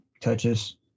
touches